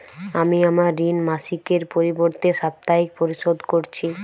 আমি আমার ঋণ মাসিকের পরিবর্তে সাপ্তাহিক পরিশোধ করছি